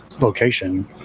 location